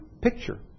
picture